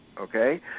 Okay